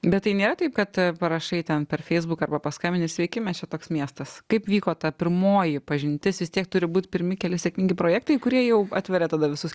bet tai nėra taip kad parašai ten per feisbuką arba paskambini sveiki mes čia toks miestas kaip vyko ta pirmoji pažintis vis tiek turi būt pirmi keli sėkmingi projektai kurie jau atveria tada visus